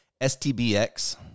STBX